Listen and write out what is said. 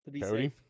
Cody